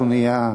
אנחנו נהיה,